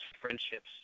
friendships